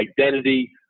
identity